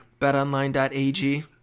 betonline.ag